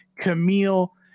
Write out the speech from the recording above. Camille